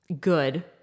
good